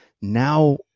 now